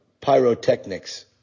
pyrotechnics